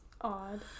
Odd